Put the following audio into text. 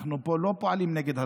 אנחנו לא פועלים פה נגד הזוכים.